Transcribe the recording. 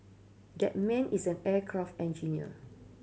that man is an aircraft engineer